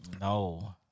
No